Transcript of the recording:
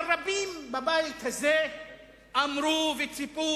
אבל רבים בבית הזה אמרו וציפו,